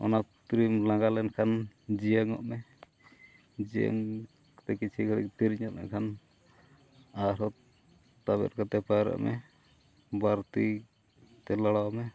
ᱚᱱᱟ ᱵᱷᱤᱛᱨᱤ ᱨᱮᱢ ᱞᱟᱸᱜᱟ ᱞᱮᱱᱠᱷᱟᱱ ᱡᱤᱭᱟᱹᱝᱚᱜ ᱢᱮ ᱡᱤᱭᱟᱹᱝ ᱛᱮ ᱠᱤᱪᱷᱩ ᱜᱷᱟᱹᱲᱤᱡ ᱛᱷᱤᱨ ᱧᱚᱜ ᱞᱮᱱ ᱠᱷᱟᱱ ᱟᱨᱦᱚᱸ ᱛᱟᱵᱮᱨ ᱠᱟᱛᱮ ᱯᱟᱭᱨᱟᱜ ᱢᱮ ᱵᱟᱨ ᱛᱤ ᱛᱮ ᱞᱟᱲᱟᱣ ᱢᱮ